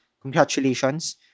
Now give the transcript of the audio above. congratulations